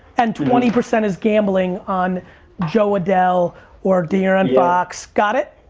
and twenty percent is gambling on jo adell or de'aaron fox, got it?